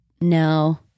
No